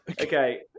Okay